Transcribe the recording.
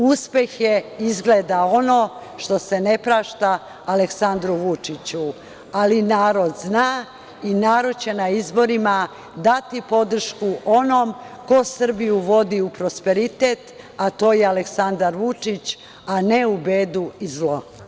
Uspeh je izgleda ono što se ne prašta Aleksandru Vučiću, ali narod zna i narod će na izborima dati podršku onom ko Srbiju vodi u prosperitet, a to je Aleksandar Vučić, a ne u bedu i zlo.